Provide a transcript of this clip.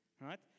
right